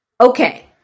Okay